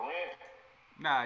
Nah